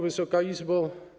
Wysoka Izbo!